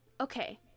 okay